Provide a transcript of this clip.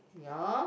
ya